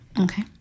Okay